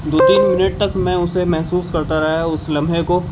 دو تین منٹ تک میں اسے محسوس کرتا رہا اس لمحے کو